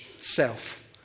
self